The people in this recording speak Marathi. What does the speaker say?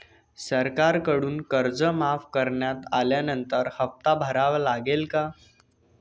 सरकारकडून कर्ज माफ करण्यात आल्यानंतर हप्ता भरावा लागेल का?